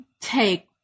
take